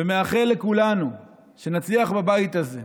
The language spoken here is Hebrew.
ומאחל לכולנו שנצליח בבית הזה,